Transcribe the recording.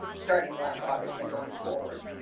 starting last august thing going forward.